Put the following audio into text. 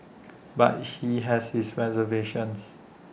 but he has his reservations